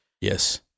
Yes